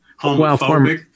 homophobic